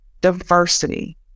diversity